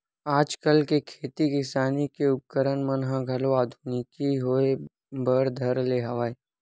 आजकल के खेती किसानी के उपकरन मन ह घलो आधुनिकी होय बर धर ले हवय